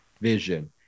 vision